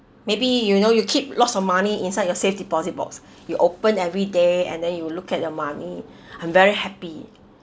maybe you know you keep lots of money inside your safe deposit box you open every day and then you look at your money I'm very happy